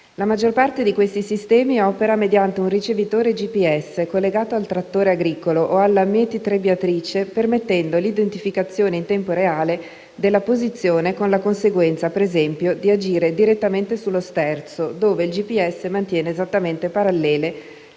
La maggior parte di tali sistemi opera mediante un ricevitore GPS collegato al trattore agricolo o alla mietitrebbiatrice, permettendo l'identificazione in tempo reale della posizione, con la conseguenza, per esempio, di agire direttamente sullo sterzo dove il GPS mantiene esattamente parallele